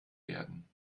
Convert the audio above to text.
werden